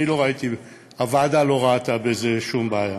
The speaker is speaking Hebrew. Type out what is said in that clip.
לא ראיתי, הוועדה לא ראתה בזה שום בעיה.